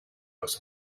house